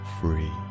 free